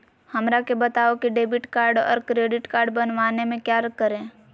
हमरा के बताओ की डेबिट कार्ड और क्रेडिट कार्ड बनवाने में क्या करें?